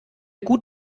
gut